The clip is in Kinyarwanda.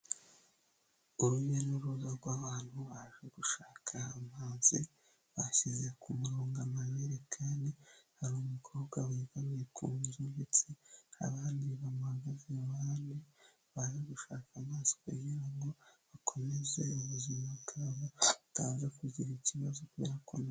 Urujya n'uruza rw'abantu baje gushaka amazi, bashyize ku murongo amajerekani, hari umukobwa wegamye ikunzu ndetse abandi bamuhagaze iruhande, baje gushaka amazi kugira ngo bakomeze ubuzima bwabo, bataza kugira ikibazo byakomeye.